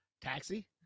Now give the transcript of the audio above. Taxi